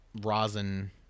rosin